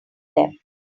them